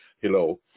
hello